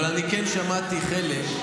אבל אני כן שמעתי חלק,